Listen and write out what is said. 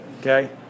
okay